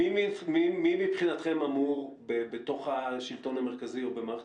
מי מבחינתכם אמור בתוך השלטון המרכזי או במערכת